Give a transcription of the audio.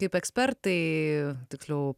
kaip ekspertai tiksliau